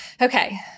Okay